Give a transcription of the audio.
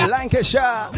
Lancashire